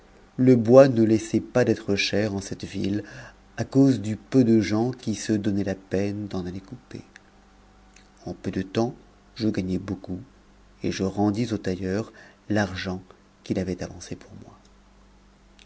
le bois ne laissait pas d'être cher en cette ville à cause du peu de gens qui se donnaient la peine d'en aller couper en peu de temps je gagnai beaucoup et je rendis au tailleur l'argent qu'il avait avancé pour moi